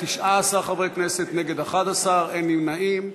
אין נמנעים.